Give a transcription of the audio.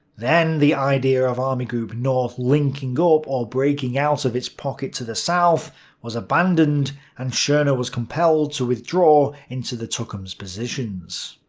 then the idea of army group north linking-up or breaking-out of its pocket to the south was abandoned and schorner was compelled to withdraw into the tukums positions.